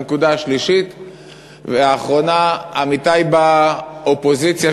והנקודה השלישית והאחרונה: עמיתי באופוזיציה